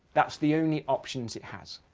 that's the only options it has.